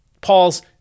Paul's